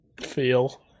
Feel